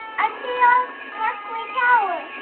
i see a sparkly tower.